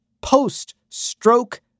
post-stroke